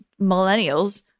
millennials